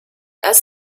als